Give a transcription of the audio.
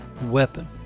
weapon